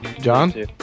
John